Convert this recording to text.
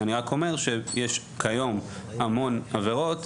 אני רק אומר שיש כיום המון קנסות